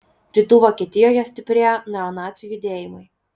rytų vokietijoje stiprėja neonacių judėjimai